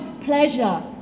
pleasure